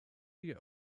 the